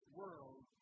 world